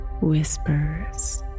whispers